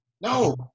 No